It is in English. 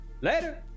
Later